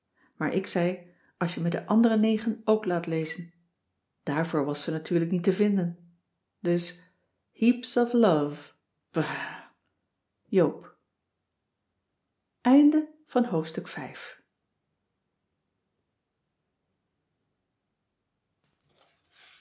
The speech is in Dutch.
maar ik zei als je me de andere negen ook laat lezen daarvoor was ze natuurlijk niet te vinden dus heaps of love brr joop